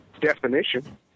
definition